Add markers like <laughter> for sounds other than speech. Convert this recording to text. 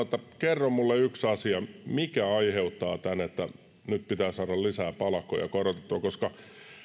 <unintelligible> että kerro minulle yksi asia mikä aiheuttaa tämän että nyt pitää saada lisää palkkoja korotettua koska